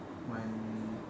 when